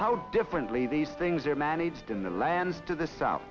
how differently these things are managed in the lands to the south